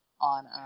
on